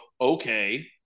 okay